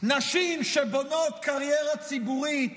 נשים שבונות קריירה ציבורית,